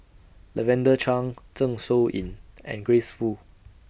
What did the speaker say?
Lavender Chang Zeng Shouyin and Grace Fu